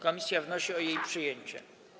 Komisja wnosi o jej przyjęcie.